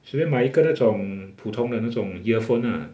随便买一个那种普通的那种 earphone lah